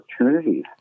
opportunities